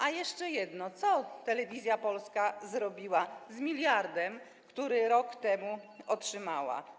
A jeszcze jedno: Co Telewizja Polska zrobiła z miliardem, który rok temu otrzymała?